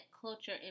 culture